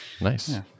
nice